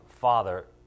Father